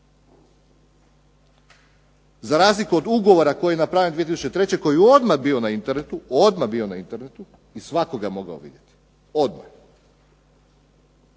za razliku od ugovora koji je napravljen 2003. koji je odmah bio na internetu i svatko ga je mogao vidjeti. Prema